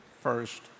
first